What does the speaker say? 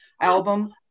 album